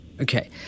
Okay